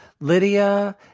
Lydia